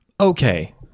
Okay